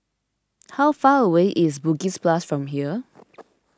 how far away is Bugis Plus from here